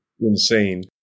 insane